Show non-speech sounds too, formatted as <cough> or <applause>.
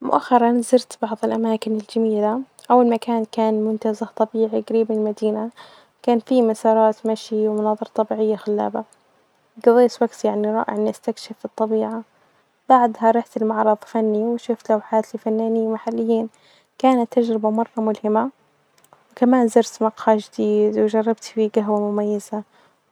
مؤخرا زرت بعض الأماكن الجميلة أول مكان كان منتزه طبيعي جريب من المدينة كان فيه مسارات مشي، ومناظر طبيعية خلابة، <unintelligible> إن أنا أستكشف الطبيعة، بعدها رحت لمعرض خاني وشفت لوحات لفنانين محليين كانت تجربة مرة ملهمة، كمان زرت مقهي جديد وجربت فية جهوة مميزة